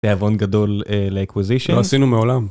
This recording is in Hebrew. תיאבון גדול ל-acquisition. לא עשינו מעולם.